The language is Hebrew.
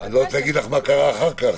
אני לא רוצה להגיד לך מה קרה אחר כך.